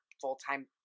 full-time